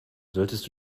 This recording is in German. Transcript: solltest